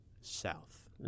South